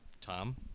Tom